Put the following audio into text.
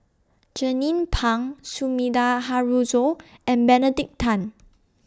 Jernnine Pang Sumida Haruzo and Benedict Tan